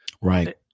Right